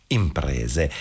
imprese